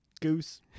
Goose